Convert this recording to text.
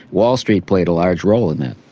wall street played a large role in that.